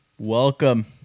Welcome